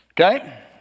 Okay